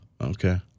okay